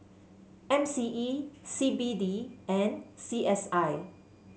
M C E C B D and C S I